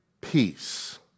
peace